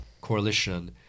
coalition